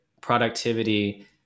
productivity